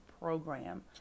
program